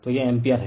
तो यह एम्पीयर है